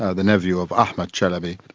ah the nephew of ahmed chalabi.